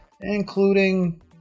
including